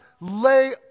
lay